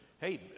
hey